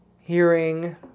hearing